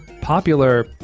popular